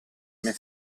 mia